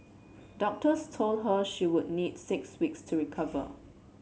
doctors told her she would need six weeks to recover